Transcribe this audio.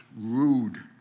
rude